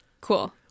Cool